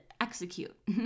execute